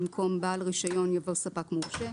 במקום "בעל רישיון" יבוא "ספק מורשה",